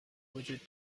وجود